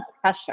pressure